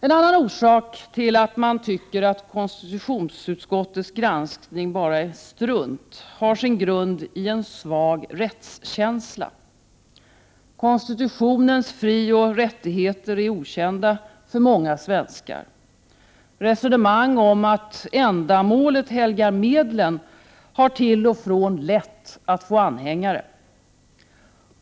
En annan orsak till att man tycker att konstitutionsutskottets granskning bara är strunt har sin grund i en svag rättskänsla. Konstitutionens frioch rättigheter är okända för många svenskar. Resonemang om att ändamålet helgar medlen har till och från lätt att få anhängare.